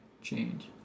Change